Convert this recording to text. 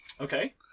Okay